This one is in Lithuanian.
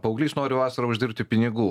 paauglys nori vasarą uždirbti pinigų